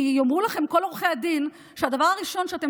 כי יאמרו לכם כל עורכי הדין שהדבר הראשון שאתם